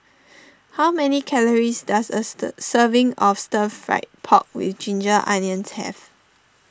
how many calories does a stir serving of Stir Fried Pork with Ginger Onions have